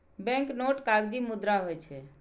banknote कागजी मुद्रा होइ छै